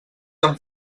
amb